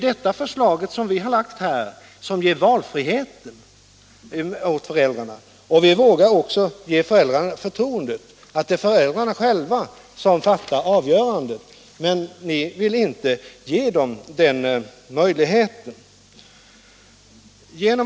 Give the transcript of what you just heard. Vårt förslag ger föräldrarna valfrihet. Vi vill ge föräldrarna det förtroendet att de själva får träffa avgörandet. Men ni vill inte ge dem den möjligheten.